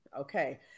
okay